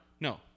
No